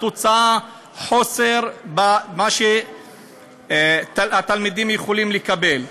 התוצאה היא חוסר במה שהתלמידים יכולים לקבל.